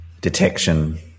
detection